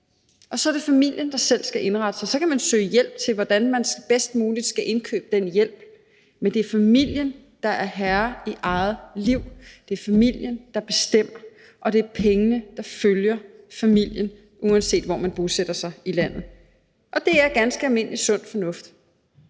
Så er det familien, der selv skal indrette sig, og så kan man søge hjælp til, hvordan man bedst muligt skal indkøbe den hjælp. Men det er familien, der er herre i eget liv. Det er familien, der bestemmer, og det er pengene, der følger familien, uanset hvor man bosætter sig i landet. Det er ganske almindelig sund fornuft.